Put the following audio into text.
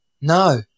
No